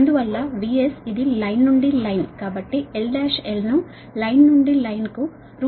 అందువల్ల VS ఇది line నుండి లైన్ కాబట్టి L డాష్ L లైన్ నుండి లైన్ కు 3145